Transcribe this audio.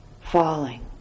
falling